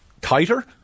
tighter